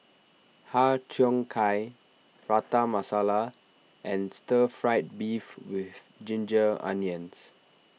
Har Cheong Gai Prata Masala and Stir Fried Beef with Ginger Onions